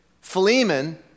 Philemon